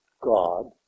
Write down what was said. God